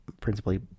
principally